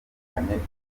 itandukanye